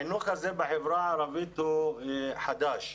החינוך הזה בחברה הערבית הוא חדש,